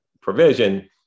provision